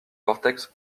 vortex